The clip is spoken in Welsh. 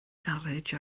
garej